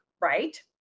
right